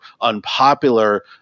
unpopular